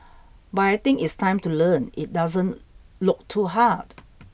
but I think it's time to learn it doesn't look too hard